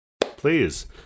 please